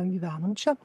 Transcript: gyvenam čia